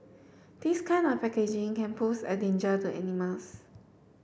this kind of packaging can pose a danger to animals